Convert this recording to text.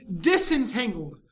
disentangled